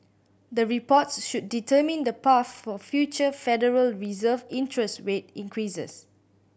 the reports should determine the path for future Federal Reserve interest rate increases